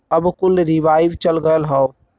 अब कुल रीवाइव चल गयल हौ